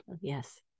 Yes